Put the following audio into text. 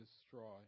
destroy